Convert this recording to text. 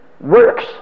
works